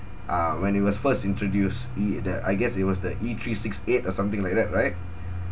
uh when it was first introduced e the I guess it was the e three six eight or something like that right